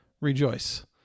rejoice